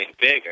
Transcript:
bigger